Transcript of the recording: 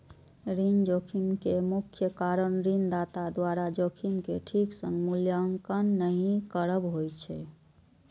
ऋण जोखिम के मुख्य कारण ऋणदाता द्वारा जोखिम के ठीक सं मूल्यांकन नहि करब होइ छै